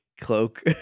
cloak